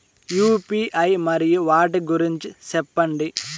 UPI మరియు వాటి గురించి సెప్పండి?